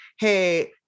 hey